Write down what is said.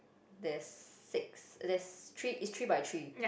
there's six there's three is three by three